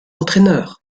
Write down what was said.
entraîneur